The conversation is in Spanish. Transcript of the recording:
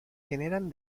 generan